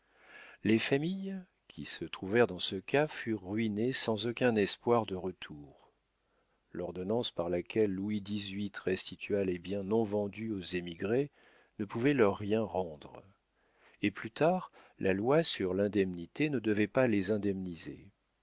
les familles qui se trouvèrent dans ce cas furent ruinées sans aucun espoir de retour l'ordonnance par laquelle louis xviii restitua les biens non vendus aux émigrés ne pouvait leur rien rendre et plus tard la loi sur l'indemnité ne devait pas les indemniser